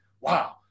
Wow